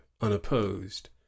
unopposed